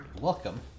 Welcome